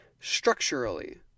structurally